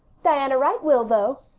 diana wright will, though.